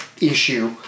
issue